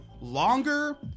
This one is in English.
longer